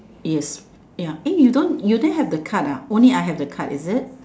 yes ya eh you don't you didn't have the card ah only I have the card is it